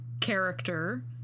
character